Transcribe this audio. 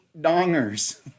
dongers